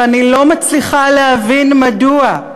ואני לא מצליחה להבין מדוע.